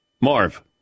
Marv